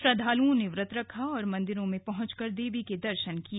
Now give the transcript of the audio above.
श्रद्वालुओं ने व्रत रखा और मंदिरों में पहंचकर देवी के दर्शन किए